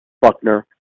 Buckner